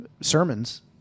sermons